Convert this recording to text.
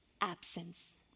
absence